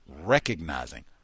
recognizing